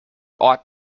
ought